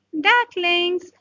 ducklings